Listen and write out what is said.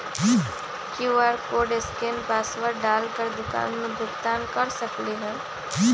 QR code scan password डाल कर दुकान में भुगतान कर सकलीहल?